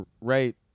right